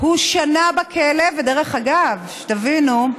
הוא שנה בכלא, ודרך אגב, שתבינו,